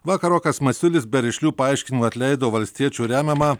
vakar rokas masiulis be rišlių paaiškinimų atleido valstiečių remiamą